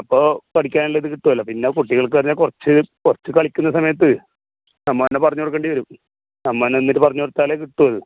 അപ്പോൾ പഠിക്കാൻ ഉള്ളത് കിട്ടുമല്ലോ പിന്നെ കുട്ടികൾക്ക് പറഞ്ഞാൽ കുറച്ച് കുറച്ച് കളിക്കുന്ന സമയത്ത് നമ്മൾ തന്നെ പറഞ്ഞ് കൊടുക്കേണ്ടി വരും നമ്മൾ തന്നെ നിന്നിട്ട് പറഞ്ഞ് കൊടുത്താലേ കിട്ടൂ അത്